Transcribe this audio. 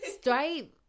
Stripe